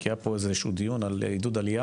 כי היה פה איזשהו דיון על עידוד עלייה